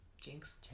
Jinx